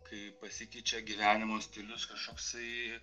kai pasikeičia gyvenimo stilius kažkoksai